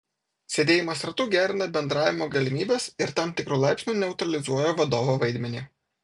sėdėjimas ratu gerina bendravimo galimybes ir tam tikru laipsniu neutralizuoja vadovo vaidmenį